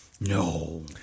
No